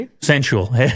sensual